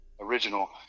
original